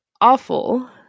awful